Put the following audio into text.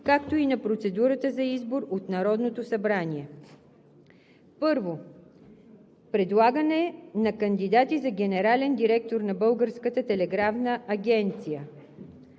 както и на процедурата за избор от Народното събрание: I. Предлагане на кандидати за генерален директор на Българската телеграфна агенция.